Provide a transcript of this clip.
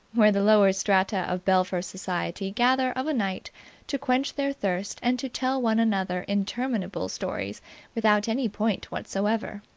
where the lower strata of belpher society gather of a night to quench their thirst and to tell one another interminable stories without any point whatsoever.